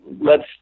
lets